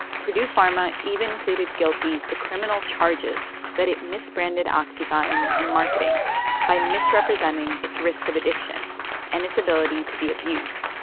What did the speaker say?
purdue pharma even pleaded guilty to criminal charges that it misbranded oxycontin in marketing by misrepresenting its risk of addiction and its ability to be abused.